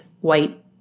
white